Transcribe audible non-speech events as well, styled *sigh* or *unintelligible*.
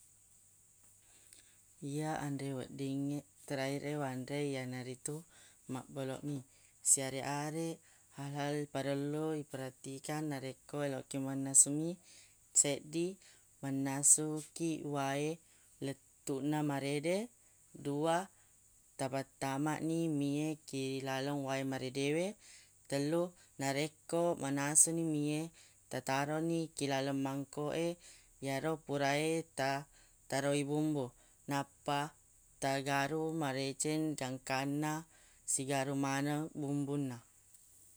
Iya anre weddingnge *unintelligible* wanre iyanaritu mabboloq mi siareq-areq hal-hal parellu iperatikan narekko loki mannasu mi seddi mannasu kiq wae lettuq na marede dua tapattamani mi e ki laleng wae maredewe tellu narekko manasuni mi e tataroni ki laleng mangkoq e yaro pura e ta taroi bumbu nappa tagaru madeceng gangkanna sigaru maneng bumbunna